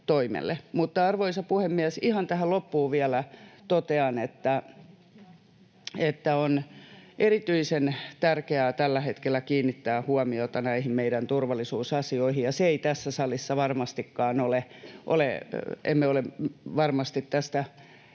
Arvoisa puhemies! Ihan tähän loppuun vielä totean, että on erityisen tärkeää tällä hetkellä kiinnittää huomiota näihin meidän turvallisuusasioihin, ja siitä emme tässä salissa varmastikaan ole eri mieltä,